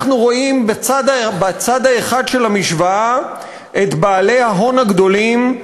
אנחנו רואים בצד האחד של המשוואה את בעלי ההון הגדולים,